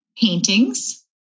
paintings